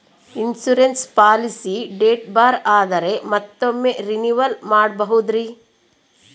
Insurance policy date ಬಾರ್ ಆದರೆ ಮತ್ತೊಮ್ಮೆ ರಿನಿವಲ್ ಮಾಡಬಹುದ್ರಿ?